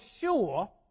sure